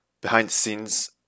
behind-the-scenes